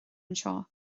anseo